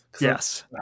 Yes